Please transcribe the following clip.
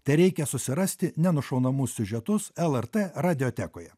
tai reikia susirasti nenušaunamus siužetus el er t radijo tekoje